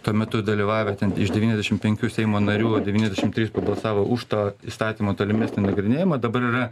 tuo metu dalyvavę ten iš devyniasdešimt penkių seimo narių devyniasdešimt trys prabalsavo už to įstatymo tolimesnį nagrinėjimą dabar yra